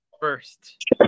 First